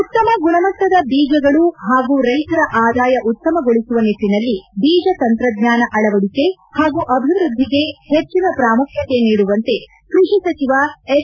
ಉತ್ತಮ ಗುಣಮಟ್ಟದ ಬೀಜಗಳು ಹಾಗೂ ರೈತರ ಆದಾಯ ಉತ್ತಮಗೊಳಿಸುವ ನಿಟ್ಟಿನಲ್ಲಿ ಬೀಜ ತಂತ್ರಜ್ಞಾನ ಅಳವಡಿಕೆ ಹಾಗೂ ಅಭಿವೃದ್ಧಿಗೆ ಹೆಚ್ಚಿನ ಪ್ರಾಮುಖ್ಯತೆ ನೀಡುವಂತೆ ಕೃಷಿ ಸಚಿವ ಎಚ್